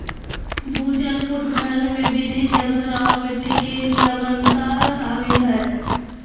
भूजल पुनर्भरण में वृद्धि, जलभराव, मिट्टी के लवणता शामिल हइ